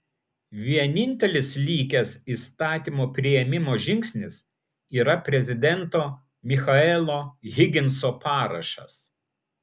vienintelis likęs įstatymo priėmimo žingsnis yra prezidento michaelo higginso parašas